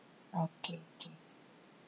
okay okay